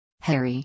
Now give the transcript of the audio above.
Harry